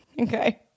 Okay